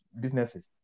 businesses